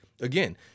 again